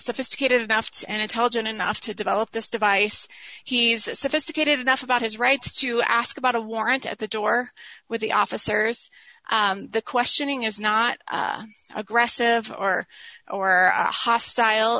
sophisticated asked and intelligent enough to develop this device he's sophisticated enough about his rights to ask about a warrant at the door with the officers the questioning is not aggressive or or hostile